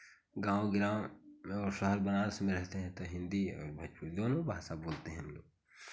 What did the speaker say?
गाँव ग्राम और शहर बनारस में रहते हैं तो हिन्दी भोजपुरी दोनों भाषा बोलते हैं हम लोग